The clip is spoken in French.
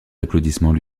applaudissements